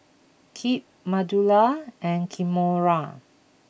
Kip Manuela and Kimora